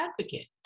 advocate